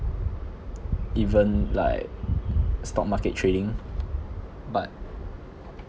even like stock market trading but